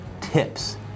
tips